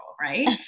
right